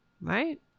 Right